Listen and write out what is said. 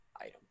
item